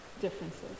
differences